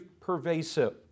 pervasive